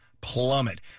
plummet